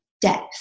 depth